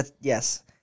Yes